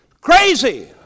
Crazy